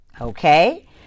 Okay